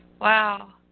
Wow